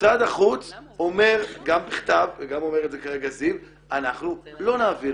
משרד החוץ אומר גם בכתב וגם אומר את זה כרגע זיו אנחנו לא נעביר,